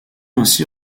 ainsi